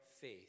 faith